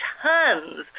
tons